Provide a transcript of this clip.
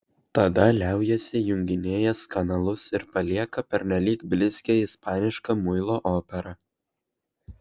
tada liaujasi junginėjęs kanalus ir palieka pernelyg blizgią ispanišką muilo operą